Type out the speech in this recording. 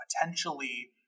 potentially